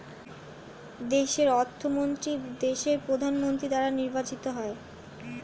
দেশের অর্থমন্ত্রী দেশের প্রধানমন্ত্রী দ্বারা নির্বাচিত হয়